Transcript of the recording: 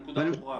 הנקודה ברורה.